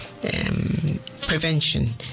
prevention